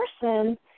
person